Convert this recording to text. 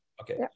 Okay